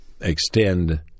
extend